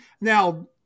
Now